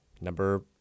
Number